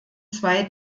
zwei